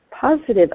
positive